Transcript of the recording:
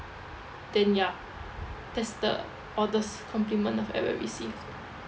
then ya that's the oddest compliment I've ever received